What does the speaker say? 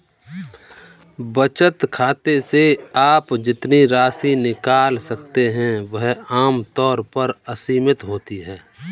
बचत खाते से आप जितनी राशि निकाल सकते हैं वह आम तौर पर असीमित होती है